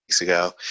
ago